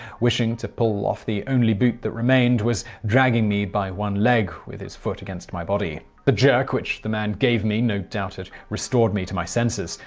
wishing to pull off the only boot that remained, was dragging me by one leg with his foot against my body. the jerk which the man gave me no doubt had restored me to my senses.